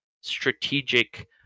strategic